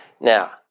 Now